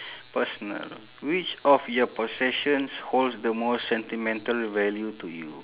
personal which of your possessions holds the most sentimental value to you